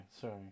sorry